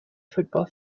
football